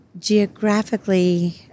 geographically